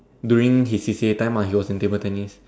during his C_C_A time ah he was in table tennis